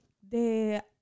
de